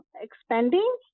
expanding